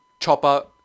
Chopper